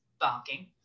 barking